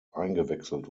eingewechselt